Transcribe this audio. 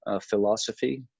philosophy